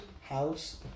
house